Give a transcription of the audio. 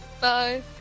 Bye